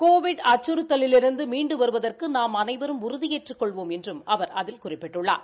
Covid அச்சுறுத்தலிலிருந்து மீண்டு வருவதற்கு நாம் அளைவரும் உறுதியேற்றுக் கொள்வோம் என்றும் அவர் அதில் குறிப்பிட்டுள்ளார்